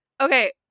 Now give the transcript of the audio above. Okay